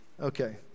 Okay